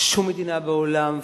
שום מדינה בעולם,